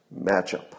matchup